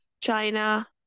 China